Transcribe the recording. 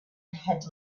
had